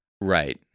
Right